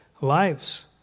lives